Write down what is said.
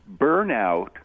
burnout